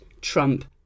Trump